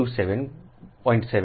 7 angle